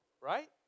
Right